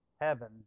heaven